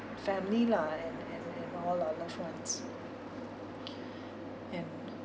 family lah and and and all our loved ones and